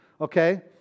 okay